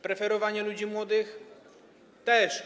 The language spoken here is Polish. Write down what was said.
Preferowanie ludzi młodych - też.